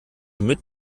mit